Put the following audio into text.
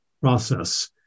process